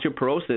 osteoporosis